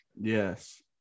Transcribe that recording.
Yes